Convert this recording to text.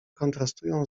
kontrastują